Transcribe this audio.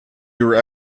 your